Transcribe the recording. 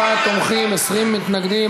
24 תומכים, 20 מתנגדים.